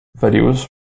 videos